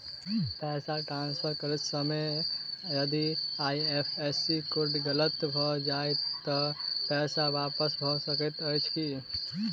पैसा ट्रान्सफर करैत समय यदि आई.एफ.एस.सी कोड गलत भऽ जाय तऽ पैसा वापस भऽ सकैत अछि की?